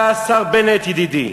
אתה, השר בנט, ידידי,